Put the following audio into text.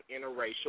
interracial